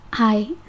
Hi